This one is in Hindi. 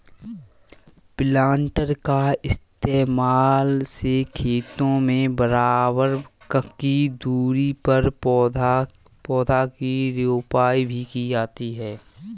प्लान्टर का इस्तेमाल से खेतों में बराबर ककी दूरी पर पौधा की रोपाई भी की जाती है